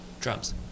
drums